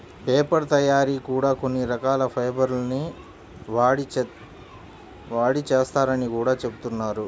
paper తయ్యారీ కూడా కొన్ని రకాల ఫైబర్ ల్ని వాడి చేత్తారని గూడా జెబుతున్నారు